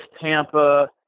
Tampa